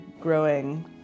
growing